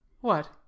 What